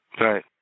Right